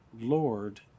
Lord